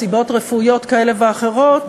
מסיבות רפואיות כאלה ואחרות,